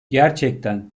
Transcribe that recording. gerçekten